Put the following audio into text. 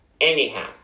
Anyhow